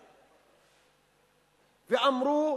ואמרו,